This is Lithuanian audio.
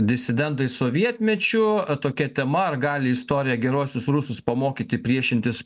disidentai sovietmečiu tokia tema ar gali istorija geruosius rusus pamokyti priešintis